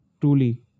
truly